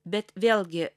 bet vėlgi